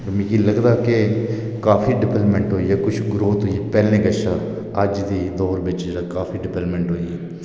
मिगी लगदा केह् काफी डिबेल्फमेंट होई ऐ काफी बडोतरी पैहलें कशा अज्ज दी दौर बिच जेहड़ा काफी डिबेल्पमेंट होई ऐ